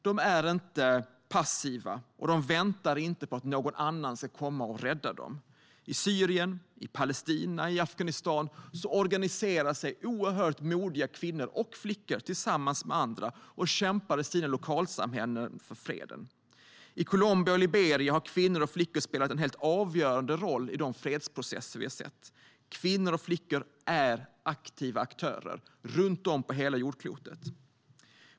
De är inte passiva, och de väntar inte på att någon annan ska komma och rädda dem. I Syrien, i Palestina och i Afghanistan organiserar sig oerhört modiga kvinnor och flickor tillsammans med andra och kämpar i sina lokalsamhällen för freden. I Colombia och Liberia har kvinnor och flickor spelat en helt avgörande roll i de fredsprocesser vi har sett. Kvinnor och flickor är aktiva aktörer runt om hela jordklotet!